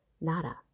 nada